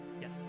yes